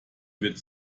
wird